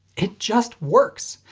it just works.